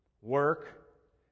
work